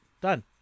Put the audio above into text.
Done